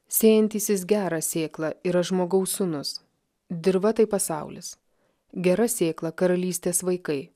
sėjantysis gerą sėklą yra žmogaus sūnus dirva tai pasaulis gera sėkla karalystės vaikai